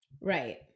Right